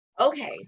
Okay